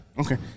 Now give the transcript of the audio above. Okay